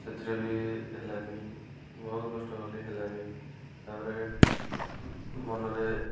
ସେଥିରେ ବି ହେଲାନି ବହୁତ କଷ୍ଟ କଲି ହେଲାନି ତାପରେ ମନରେ